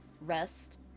rest